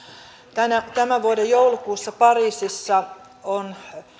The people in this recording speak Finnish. tämän vuoden joulukuussa pariisissa on